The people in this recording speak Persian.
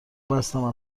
بستم